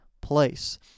place